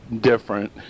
different